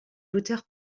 l’auteur